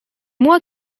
moi